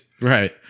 Right